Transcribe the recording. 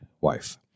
wife